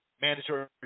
mandatory